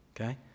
Okay